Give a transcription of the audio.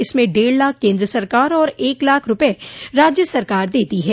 इसमें डेढ़ लाख केन्द्र सरकार और एक लाख रूपये राज्य सरकार देती है